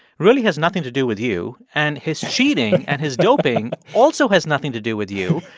really has nothing to do with you and his cheating and his doping also has nothing to do with you.